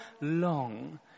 long